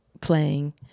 playing